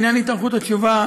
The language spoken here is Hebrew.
בעניין התארכות התשובה,